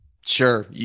Sure